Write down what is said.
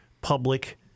public